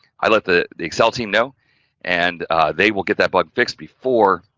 i let the the excel team know and they will get that bug fixed before,